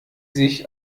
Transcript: sich